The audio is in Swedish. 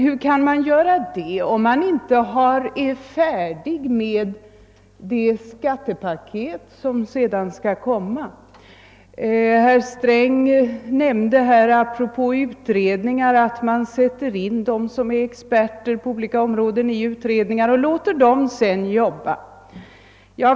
Hur är det möiligt om man inte är färdig med det skattepaket som sedan skall komma? Herr Sträng nämnde apropå utredningen att man sätter in experter frän olika områden i utredningar och sedan låter dem arbeta.